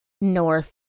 north